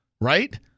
right